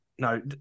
No